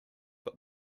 but